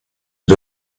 had